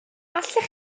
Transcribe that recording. allech